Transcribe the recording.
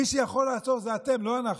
מי שיכול לעצור זה אתם, לא אנחנו.